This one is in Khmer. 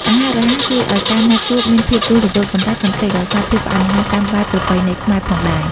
អាហាររហ័សជួយឱ្យការណាត់ជួបមានភាពរស់រវើក ប៉ុន្តែកុំភ្លេចរក្សាភាពផ្អែមល្ហែមតាមបែបប្រពៃណីខ្មែរផងដែរ។